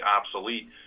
obsolete